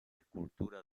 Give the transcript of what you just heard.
escultura